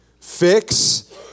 Fix